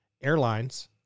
airlines